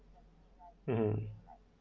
mmhmm